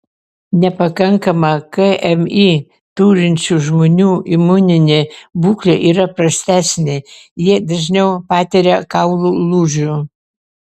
nepakankamą kmi turinčių žmonių imuninė būklė yra prastesnė jie dažniau patiria kaulų lūžių